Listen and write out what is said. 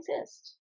exist